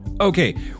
Okay